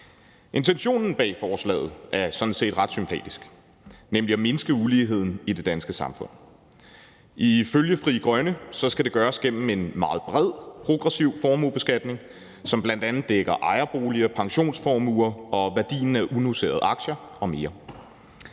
Intentionen bag forslaget er sådan set ret sympatisk, nemlig at mindske uligheden i det danske samfund. Ifølge Frie Grønne skal det gøres gennem en meget bred progressiv formuebeskatning, som bl.a. dækker over ejerboliger, pensionsformuer og værdien af unoterede aktier og mere.